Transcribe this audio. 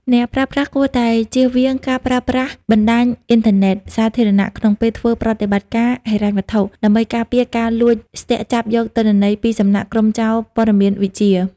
អ្នកប្រើប្រាស់គួរតែជៀសវាងការប្រើប្រាស់បណ្ដាញអ៊ីនធឺណិតសាធារណៈ ក្នុងពេលធ្វើប្រតិបត្តិការហិរញ្ញវត្ថុ ដើម្បីការពារការលួចស្ទាក់ចាប់យកទិន្នន័យពីសំណាក់ក្រុមចោរព័ត៌មានវិទ្យា។